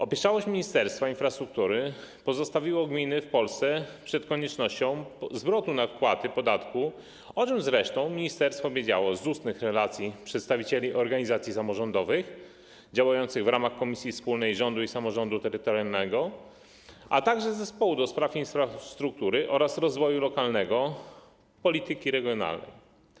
Opieszałość Ministerstwa Infrastruktury postawiła gminy w Polsce przed koniecznością zwrotu nadpłaty podatku, o czym zresztą ministerstwo wiedziało z ustnych relacji przedstawicieli organizacji samorządowych działających w ramach Komisji Wspólnej Rządu i Samorządu Terytorialnego, a także zespołu ds. infrastruktury oraz rozwoju lokalnego i polityki regionalnej.